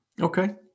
Okay